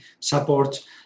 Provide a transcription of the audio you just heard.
support